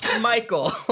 Michael